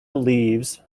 leaves